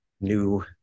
new